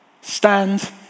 stand